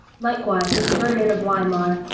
likewise with bernhard of weimar,